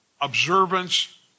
observance